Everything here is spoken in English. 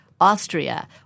Austria